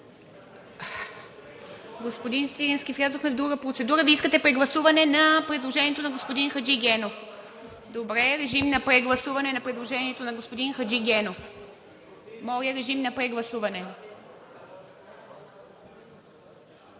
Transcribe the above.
Господин Свиленски, влязохме в друга процедура. Вие искате прегласуване на предложението на господин Хаджигенов? Добре. Режим на прегласуване на предложението на господин Хаджигенов. Гласували